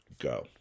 go